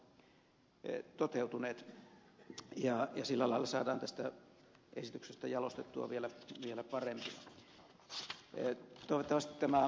sillä lailla saadaan tästä esityksestä jalostettua vielä siinä paremmasta jos ei tule parempi